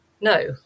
no